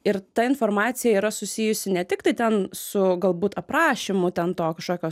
ir ta informacija yra susijusi ne tik tai ten su galbūt aprašymu ten to kažkokio